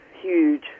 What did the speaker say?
huge